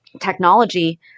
technology